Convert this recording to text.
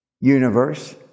universe